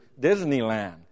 Disneyland